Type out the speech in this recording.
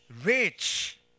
rich